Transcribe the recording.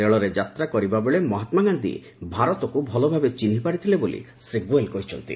ରେଳରେ ଯାତ୍ରା କରିବା ବେଳେ ମହାତ୍ମା ଗାନ୍ଧୀ ଭାରତକୁ ଭଲ ଭାବେ ଚିହ୍ନିପାରିଥିଲେ ବୋଲି ଗୋଏଲ୍ କହିଛନ୍ତି